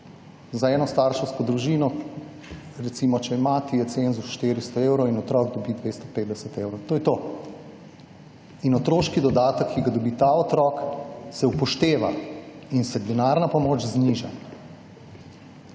Za enostarševsko družino, recimo če je mati je cenzus 400 evrov in otrok dobi 250 evrov. To je to. In otroški dodatek, ki ga dobi ta otrok se upošteva in se denarna pomoč zniža.